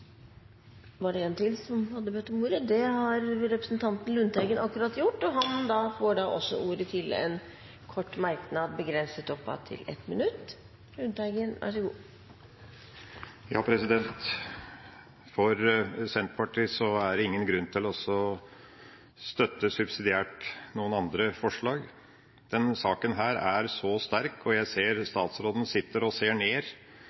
ordet to ganger og får ordet til en kort merknad, begrenset til 1 minutt. For Senterpartiet er det ingen grunn til subsidiært å støtte noen andre forslag. Denne saken er så sterk, og jeg ser statsråden sitter og ser ned